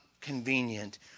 convenient